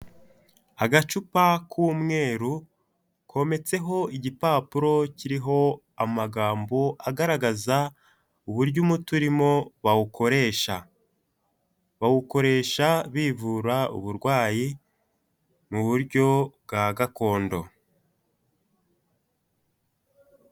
Agacupa k'umweru, kometseho igipapuro kiriho amagambo agaragaza uburyo umuti urimo bawukoresha. Bawukoresha bivura uburwayi mu buryo bwa gakondo.